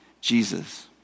Jesus